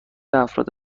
افراد